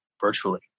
virtually